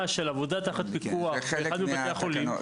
של עבודה תחת פיקוח באחד מבתי החולים,